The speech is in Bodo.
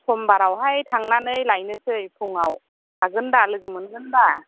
समबारावहाय थांनानै लाइनोसै फुङाव थागोन दा लोगो मोनगोन दा